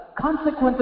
consequences